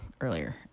earlier